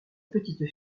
petite